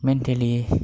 mentally